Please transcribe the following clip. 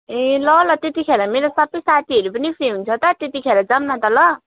ए ल ल त्यतिखेर मेरो सबै साथीहरू पनि फ्री हुन्छ त त्यतिखेर जाऔँ न त ल